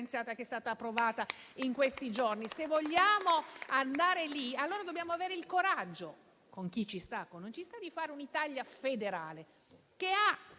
Grazie,